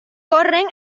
corren